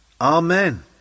Amen